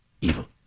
Evil